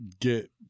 get